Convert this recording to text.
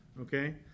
okay